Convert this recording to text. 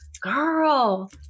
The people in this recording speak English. Girl